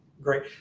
great